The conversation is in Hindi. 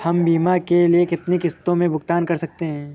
हम बीमा के लिए कितनी किश्तों में भुगतान कर सकते हैं?